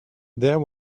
there